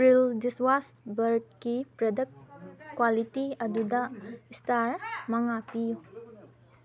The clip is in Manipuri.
ꯄ꯭ꯔꯤꯜ ꯗꯤꯁꯋꯥꯁ ꯕꯥꯔꯒꯤ ꯄ꯭ꯔꯗꯛ ꯀ꯭ꯋꯥꯂꯤꯇꯤ ꯑꯗꯨ ꯏꯁꯇꯥꯔ ꯃꯉꯥ ꯄꯤꯌꯨ